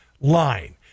line